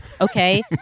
okay